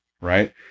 Right